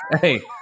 Hey